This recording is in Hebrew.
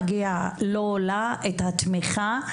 מגיע לו או לה את התמיכה,